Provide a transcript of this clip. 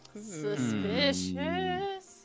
Suspicious